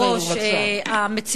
אה, אני